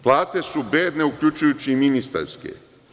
Plate su bedne uključujući i ministarske.